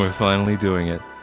um finally doing it.